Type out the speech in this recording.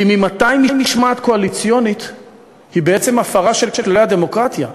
כי ממתי משמעת קואליציונית היא בעצם הפרה של כללי הדמוקרטיה?